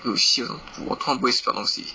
um siao 我 account 不会 spell 东西